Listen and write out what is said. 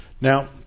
Now